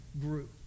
grew